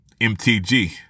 MTG